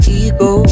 ego